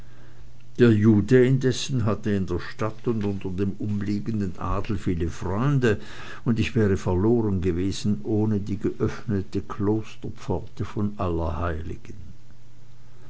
der jude indessen hatte in der stadt und unter dem umliegenden adel viele freunde und ich wäre verloren gewesen ohne die geöffnete klosterpforte von allerheiligen